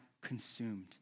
consumed